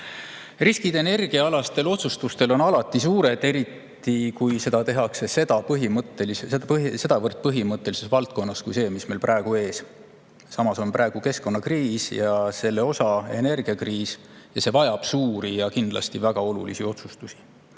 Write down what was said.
Riskid on energiaalastel otsustustel alati suured, eriti kui neid tehakse sedavõrd põhimõttelises valdkonnas kui see, mis meil praegu ees on. Samas on praegu keskkonnakriis, selle osa ka energiakriis ning see vajab suuri ja kindlasti väga olulisi otsustusi.